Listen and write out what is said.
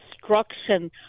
destruction